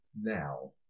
now